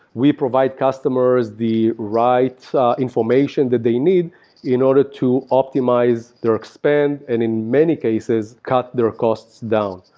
we provide customers the right information that they need in order to optimize their spend and in many cases cut their costs down.